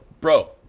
bro